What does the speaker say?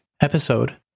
episode